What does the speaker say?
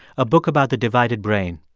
a book about the divided brain.